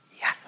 Yes